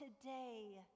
today